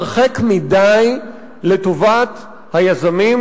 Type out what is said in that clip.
הרחק מדי לטובת היזמים,